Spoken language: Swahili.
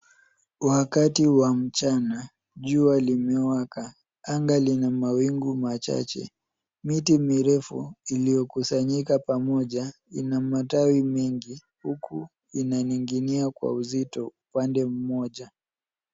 Wakati wa mchana. Jua limewaka. Anga lina mawingu machache. Miti mirefu iliyokusanyika pamoja ina matawi mengi huku inaning'inia kwa uzito upande mmoja.